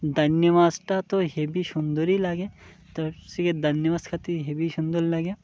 দানি মাছটা তো হেবি সুন্দরই লাগে তো সে দানি মাছ খেতে হেবি সুন্দর লাগে